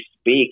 speak